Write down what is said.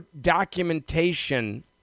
documentation